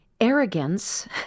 arrogance